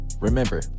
Remember